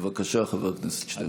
בבקשה, חבר הכנסת שטרן.